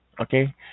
Okay